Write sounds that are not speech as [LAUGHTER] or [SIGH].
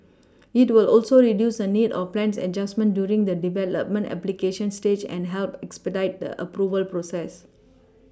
[NOISE] it will also reduce the need for plans adjustment during the development application stage and help expedite the Approval process